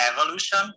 evolution